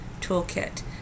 toolkit